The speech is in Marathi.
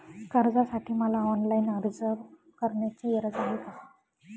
कर्जासाठी मला ऑनलाईन अर्ज करण्याची गरज आहे का?